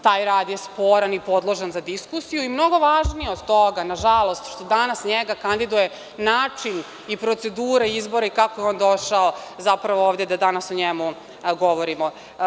Taj rad je sporan i podložan za diskusiju i mnogo važnije od toga, nažalost, što danas njega kandiduje način i procedura izbora i kako je on došao ovde da danas o njemu govorimo.